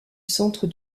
centre